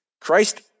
Christ